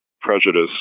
prejudice